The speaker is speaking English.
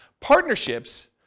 partnerships